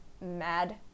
mad